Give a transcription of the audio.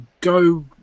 go